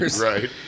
right